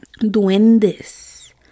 Duendes